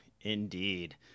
indeed